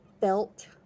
felt